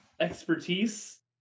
expertise